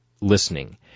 listening